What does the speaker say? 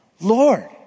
Lord